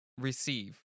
receive